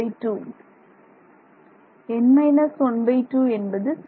n 12 என்பது சரி